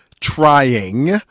trying